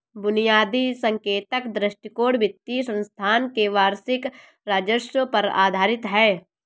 बुनियादी संकेतक दृष्टिकोण वित्तीय संस्थान के वार्षिक राजस्व पर आधारित है